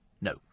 No